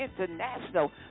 International